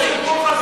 סמוֹטריץ.